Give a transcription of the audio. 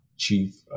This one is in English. chief